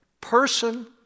person